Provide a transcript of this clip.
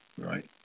Right